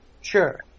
sure